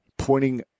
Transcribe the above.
Pointing